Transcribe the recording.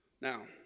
Now